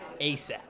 ASAP